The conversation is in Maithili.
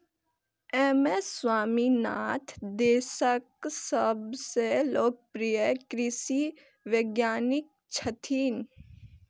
एम.एस स्वामीनाथन देशक सबसं लोकप्रिय कृषि वैज्ञानिक छथि